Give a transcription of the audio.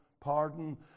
pardon